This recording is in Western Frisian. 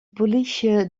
polysje